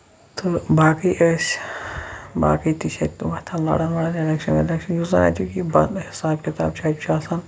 تہٕ باقٕے ٲسۍ باقٕے تہِ چھِ ییٚتہِ وۄتھان لڈان ایٚلیکشن ویٚلیکشن یُس زَن اَتہِ یہِ بَند حِساب کِتاب چھُ اَتہِ چھُ آسان